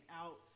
out